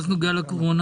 מה זה נוגע לקורונה?